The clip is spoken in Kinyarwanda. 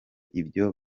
ibyo